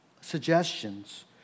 suggestions